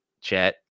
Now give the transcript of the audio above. chat